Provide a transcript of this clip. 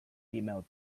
female